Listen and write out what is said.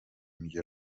میگه